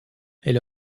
elle